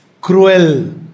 cruel